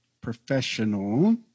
professional